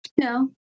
No